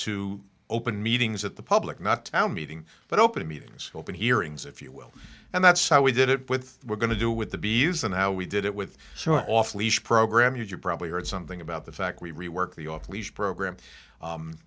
to open meetings at the public not town meeting but open meetings open hearings if you will and that's how we did it with we're going to do with the bees and how we did it with so an off leash program you probably heard something about the fact we rework the off leash program